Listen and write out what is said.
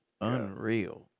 Unreal